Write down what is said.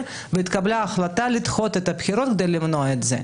והתקבלה החלטה לדחות את הבחירות כדי למנוע את זה."